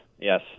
yes